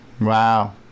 wow